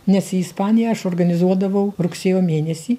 nes į ispaniją aš organizuodavau rugsėjo mėnesį